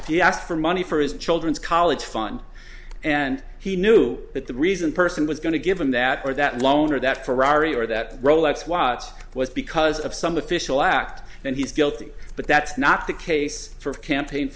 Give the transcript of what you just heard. if you asked for money for his children's college fund and he knew that the reason person was going to give him that or that loan or that ferrari or that rolex watch was because of some official act and he's guilty but that's not the case for campaign